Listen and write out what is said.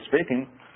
speaking